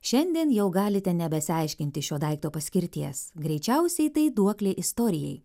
šiandien jau galite nebesiaiškinti šio daikto paskirties greičiausiai tai duoklė istorijai